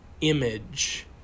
image